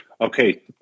Okay